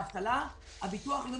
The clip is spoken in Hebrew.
הבטחת הכנסה,